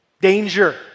Danger